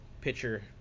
pitcher